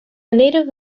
native